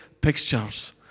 pictures